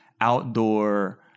outdoor